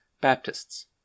Baptists